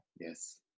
Yes